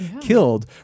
killed